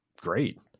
great